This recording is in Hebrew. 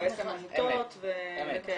עמותות ו --- אמת.